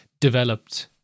developed